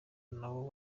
nawo